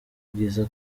bwiza